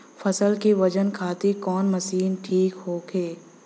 फसल के वजन खातिर कवन मशीन ठीक होखि?